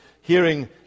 hearing